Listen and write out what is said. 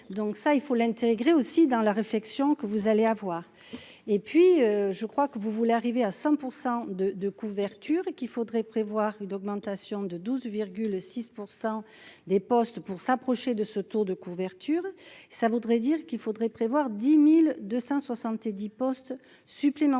donc ça il faut l'intégrer aussi dans la réflexion que vous allez avoir et puis je crois que vous voulez arriver à 100 % de de couvertures et qu'il faudrait prévoir une augmentation de 12,6 % des postes pour s'approcher de ce Tour de couverture, ça voudrait dire qu'il faudrait prévoir 10270 postes supplémentaires